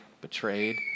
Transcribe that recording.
betrayed